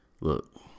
Look